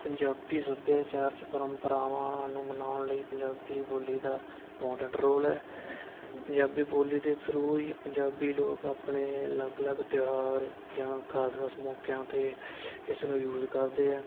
ਪੰਜਾਬੀ ਸੱਭਿਆਚਾਰ 'ਚ ਪਰੰਪਰਾਵਾਂ ਨੂੰ ਮਨਾਉਣ ਲਈ ਪੰਜਾਬੀ ਬੋਲੀ ਦਾ ਇੰਮਪੋਰਟੈਂਟ ਰੋਲ ਹੈ ਪੰਜਾਬੀ ਬੋਲੀ ਦੇ ਥਰੂ ਹੀ ਪੰਜਾਬੀ ਲੋਕ ਆਪਣੇ ਅਲੱਗ ਅਲੱਗ ਤਿਉਹਾਰ ਜਾਂ ਖਾਸ ਖਾਸ ਮੌਕਿਆਂ 'ਤੇ ਇਸ ਨੂੰ ਯੂਜ ਕਰਦੇ ਹੈ